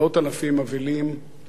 מאות אלפים אבלים,